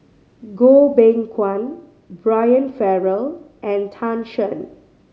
Goh Beng Kwan Brian Farrell and Tan Shen